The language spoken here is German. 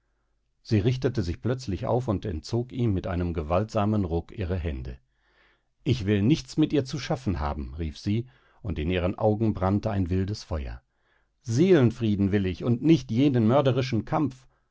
sie richtete sich plötzlich auf und entzog ihm mit einem gewaltsamen ruck ihre hände ich will nichts mit ihr zu schaffen haben rief sie und in ihren augen brannte ein wildes feuer seelenfrieden will ich und nicht jenen mörderischen kampf